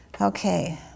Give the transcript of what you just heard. Okay